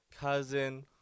cousin